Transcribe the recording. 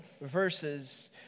verses